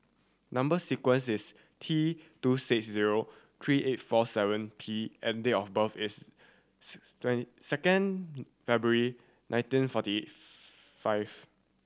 number sequence is T two six zero three eight four seven P and date of birth is second February nineteen forty five